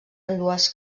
ambdues